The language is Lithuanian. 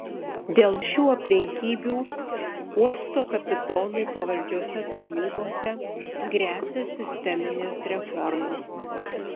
dėl šių aplinkybių uosto kapitonui pavaldžiose tarnybose gresia sisteminės reformos